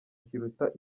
kiruta